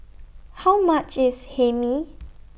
How much IS Hae Mee